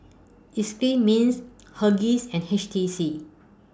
Eclipse Mints Huggies and H T C